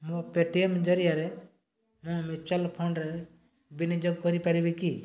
ମୋ ପେଟିଏମ୍ ଜରିଆରେ ମୁଁ ମ୍ୟୁଚୁଆଲ୍ ଫଣ୍ଡରେ ବିନିଯୋଗ କରିପାରିବି କି